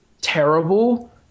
terrible